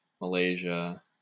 Malaysia